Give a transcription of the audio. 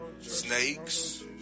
snakes